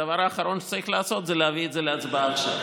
הדבר האחרון שצריך לעשות הוא להביא את זה להצבעה עכשיו.